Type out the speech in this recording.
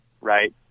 right